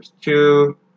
two